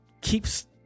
keeps